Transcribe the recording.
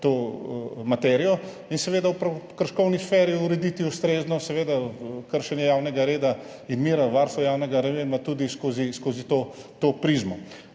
to materijo in seveda v prekrškovni sferi ustrezno urediti kršenje javnega reda in mira, varstva javnega reda tudi skozi to prizmo.